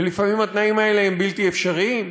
ולפעמים התנאים האלה הם בלתי אפשריים.